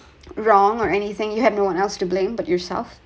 wrong or anything you have no one else to blame but yourself